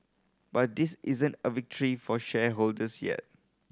but this isn't a victory for shareholders yet